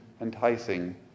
enticing